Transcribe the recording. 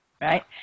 right